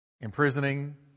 imprisoning